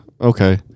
okay